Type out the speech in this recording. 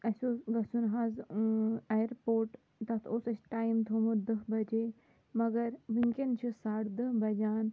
اَسہِ اوس گژھُن حظ اَییرپورٹ تَتھ اوس اَسہِ ٹایِم تھوٚومُت دٔہ بَجے مگر وُنکٮ۪ن چھِ ساڑٕ دَہ بَجان